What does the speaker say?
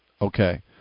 Okay